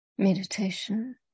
Meditation